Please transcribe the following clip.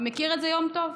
מכיר את זה, יום טוב?